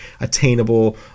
attainable